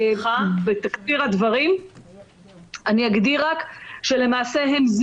בתקציר הדברים אני אגדיר שלמעשה המכללות הטכנולוגיות